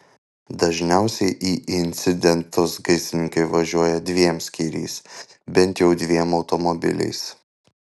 dažniausiai į incidentus gaisrininkai važiuoja dviem skyriais bent jau dviem automobiliais